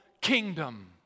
kingdom